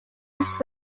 east